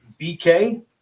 BK